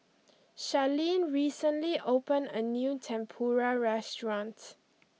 Charleen recently opened a new Tempura restaurant